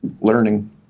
Learning